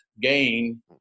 gain